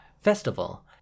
festival